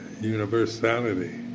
universality